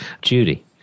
Judy